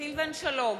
סילבן שלום,